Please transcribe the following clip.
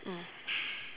mm